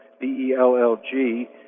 B-E-L-L-G